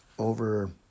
Over